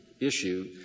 issue